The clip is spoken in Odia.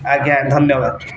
ଆଜ୍ଞା ଧନ୍ୟବାଦ